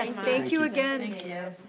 and thank you again. and